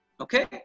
Okay